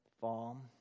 farm